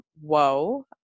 whoa